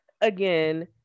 again